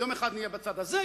יום אחד נהיה בצד הזה,